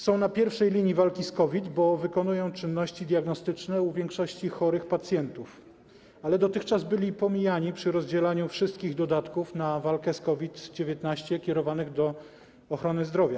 Są na pierwszej linii walki z COVID-em, bo wykonują czynności diagnostyczne u większości chorych pacjentów, ale dotychczas byli pomijani przy rozdzielaniu wszystkich dodatków na walkę z COVID-19 kierowanych do ochrony zdrowia.